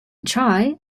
try